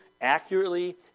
accurately